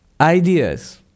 ideas